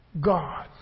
God